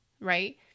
right